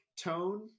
tone